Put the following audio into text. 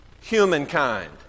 humankind